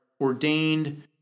ordained